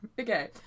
Okay